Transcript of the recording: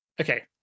okay